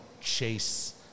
chase